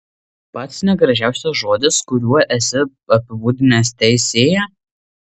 pats negražiausias žodis kuriuo esi apibūdinęs teisėją